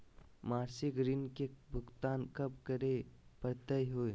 मासिक ऋण के भुगतान कब करै परही हे?